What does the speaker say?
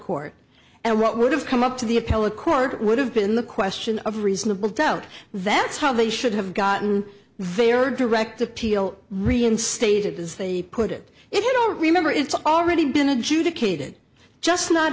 court and what would have come up to the appellate court would have been the question of reasonable doubt that's how they should have gotten very direct appeal reinstated as they put it if you don't remember it's already been